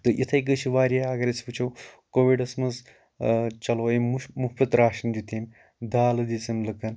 تہٕ یِتٕھے کَنۍ چھِ واریاہ اگر أسۍ وٕچھو کووِڈَس منٛز چَلوو امۍ مُش مُفُت راشَن دِیُت أمۍ دالہٕ دِژ أمۍ لُکَن تہٕ